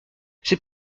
c’est